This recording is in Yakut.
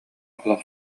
олох